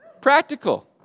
Practical